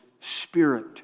Spirit